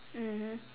mmhmm